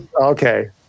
Okay